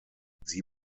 sie